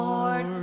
Lord